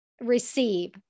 receive